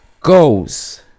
goes